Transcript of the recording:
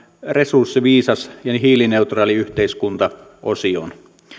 resurssiviisas ja hiilineutraali yhteiskunta osion